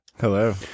Hello